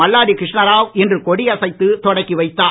மல்லாடி கிருஷ்ணா ராவ் இன்று கொடி அசைத்து தொடக்கி வைத்தார்